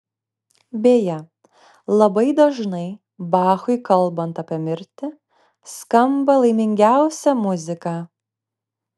beje labai dažnai bachui kalbant apie mirtį skamba laimingiausia muzika